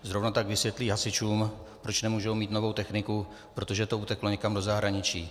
Zrovna tak vysvětlí hasičům, proč nemůžou mít novou techniku, protože to uteklo někam do zahraničí.